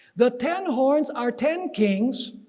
the ten horns are ten kings